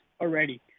already